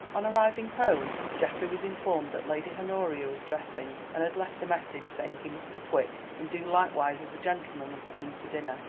on arriving home geoffrey was informed that lady honoria was dressing, and had left a message saying he must be quick and do likewise as a gentleman was coming to dinner.